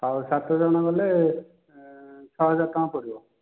ହଉ ସାତ ଜଣ ଗଲେ ଛଅ ହଜାର ଟଙ୍କା ପଡ଼ିବ